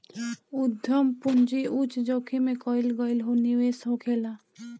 उद्यम पूंजी उच्च जोखिम में कईल गईल निवेश होखेला